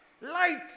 light